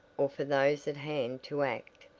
or for those at hand to act,